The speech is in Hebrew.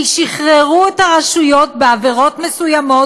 כי שחררו את הרשויות בעבירות מסוימות,